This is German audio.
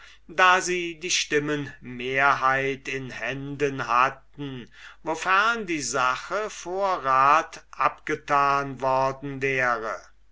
da sie die majora in händen hatten wofern die sache vor rat abgetan worden wäre